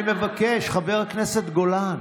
אני מבקש, חבר הכנסת גולן,